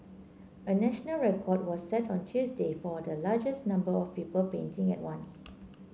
a national record was set on Tuesday for the largest number of people painting at once